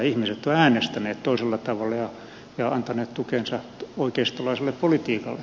ihmiset ovat äänestäneet toisella tavalla ja antaneet tukensa oikeistolaiselle politiikalle